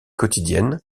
quotidienne